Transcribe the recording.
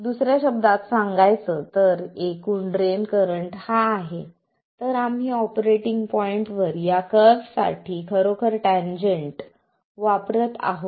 दुसर्या शब्दांत सांगायचं तर एकूण ड्रेन करंट हा आहे तर आम्ही ऑपरेटिंग पॉईंटवर या कर्व्ह साठी खरोखर टॅन्जंट वापरत आहोत